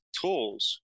tools